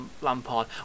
Lampard